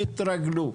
יתרגלו.